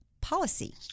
policy